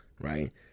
right